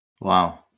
Wow